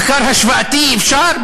מחקר השוואתי, אפשר?